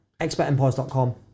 expertempires.com